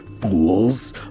fools